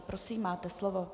Prosím, máte slovo.